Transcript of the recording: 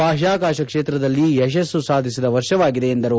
ಬಾಹ್ಯಾಕಾಶ ಕ್ಷೇತ್ರದಲ್ಲಿ ಯಶಸ್ಸು ಸಾಧಿಸಿದ ವರ್ಷವಾಗಿದೆ ಎಂದರು